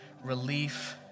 relief